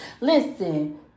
Listen